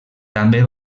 també